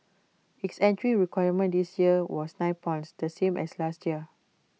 acts entry requirement this year was nine points the same as last year